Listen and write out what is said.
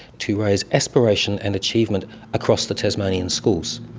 to raise aspiration and achievement across the tasmanian schools.